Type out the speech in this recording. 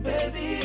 Baby